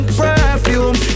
perfume